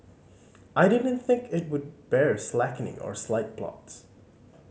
I didn't think it would bear slackening or side plots